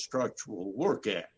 structural work at